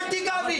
אל תיגע בי.